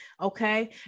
okay